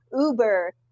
Uber